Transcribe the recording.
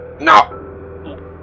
No